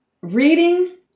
reading